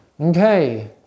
Okay